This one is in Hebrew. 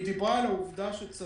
היא דיברה על העובדה שצריך,